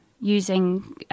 using